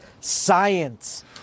science